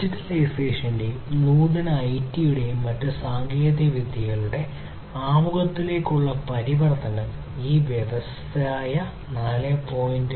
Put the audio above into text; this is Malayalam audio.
ഡിജിറ്റലൈസേഷന്റെയും നൂതന ഐടിയുടെയും മറ്റ് സാങ്കേതികവിദ്യകളുടെയും ആമുഖത്തിലേക്കുള്ള പരിവർത്തനം ഈ വ്യവസായ 4